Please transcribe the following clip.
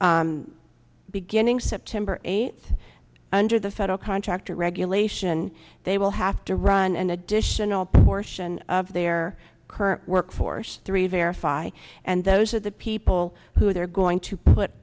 beginning september eighth under the federal contractor regulation they will have to run an additional portion of their current workforce three verify and those are the people who they're going to put